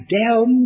down